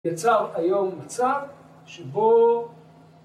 ‫יצר היום מצב שבו...